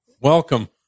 welcome